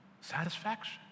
Satisfaction